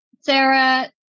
Sarah